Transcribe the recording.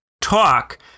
talk